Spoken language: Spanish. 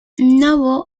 novo